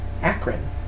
Akron